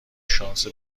شانس